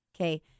Okay